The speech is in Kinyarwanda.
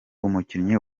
umukinnyi